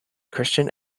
christian